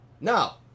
Now